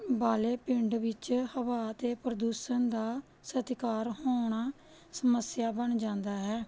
ਵਾਲੇ ਪਿੰਡ ਵਿੱਚ ਹਵਾ ਅਤੇ ਪ੍ਰਦੂਸ਼ਣ ਦਾ ਸਤਿਕਾਰ ਹੋਣਾ ਸਮੱਸਿਆ ਬਣ ਜਾਂਦਾ ਹੈ